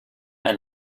and